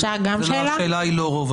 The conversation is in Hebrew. אבל השאלה היא לא רוב,